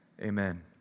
Amen